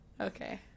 Okay